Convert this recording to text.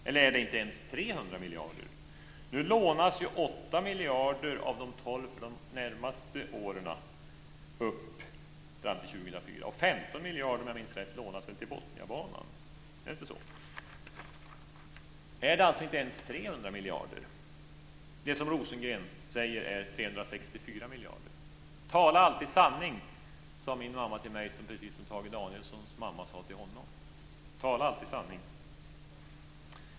Eller är det inte ens 300 miljarder? Nu lånas 8 miljarder av de 12 från de närmaste åren upp fram till 2004 och 15 miljarder, om jag minns rätt, lånas till Botniabanan. Är det inte så? Är det alltså inte ens 300 miljarder, det som Rosengren säger är 364 miljarder? Tala alltid sanning, sade min mamma till mig, precis som Tage Danielssons mamma sade till honom. Tala alltid sanning!